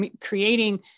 creating